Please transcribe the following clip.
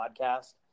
podcast